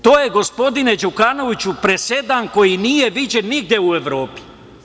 To je, gospodine Đukanoviću, presedan koji nije viđen nigde u Evropi.